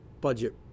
budget